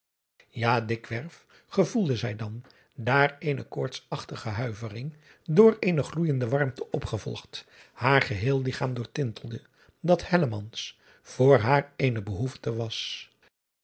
dikwerf gevoelde zij dan daar eene koortsachtige huivering door eene gloeijende warmte opgevolgd haar geheel ligchaam doortintelde dat voor haar eene behoefte was